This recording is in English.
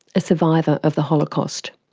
a survivor of the holocaust.